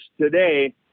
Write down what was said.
today